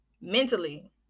mentally